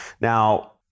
Now